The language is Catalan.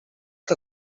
que